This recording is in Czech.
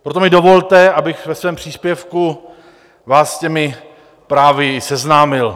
Proto mi dovolte, abych ve svém příspěvku vás s těmi právy i seznámil.